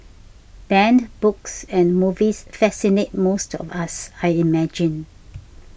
banned books and movies fascinate most of us I imagine